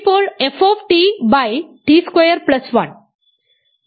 ഇപ്പോൾ ft T square plus 1